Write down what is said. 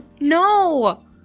No